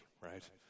right